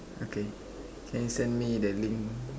okay can you send me the link